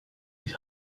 his